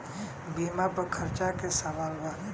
बीमा पर चर्चा के सवाल बा?